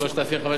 ב-3,500 שנה.